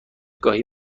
گاهی